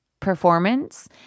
Performance